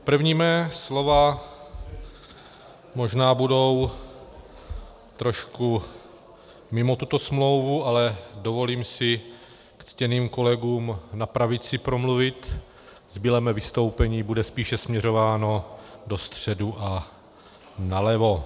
První má slova možná budou trochu mimo tuto smlouvu, ale dovolím si k ctěným kolegům na pravici promluvit, zbylé moje vystoupení bude spíše směřováno do středu a nalevo.